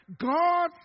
God